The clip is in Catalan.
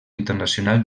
internacional